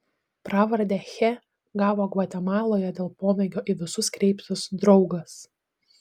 pravardę che gavo gvatemaloje dėl pomėgio į visus kreiptis draugas